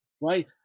Right